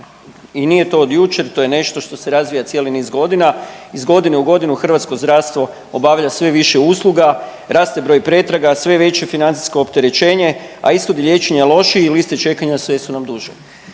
i nije to od jučer, to je nešto što se razvija cijeli niz godina. Iz godine u godinu hrvatsko zdravstvo obavlja sve više usluga, raste broj pretraga, sve je veće financijsko opterećenje, a ishodi liječenja lošiji i liste čekanja sve su nam duži.